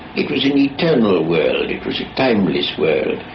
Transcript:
it was an eternal ah world, it was a timeless world,